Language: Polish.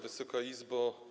Wysoka Izbo!